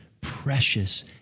precious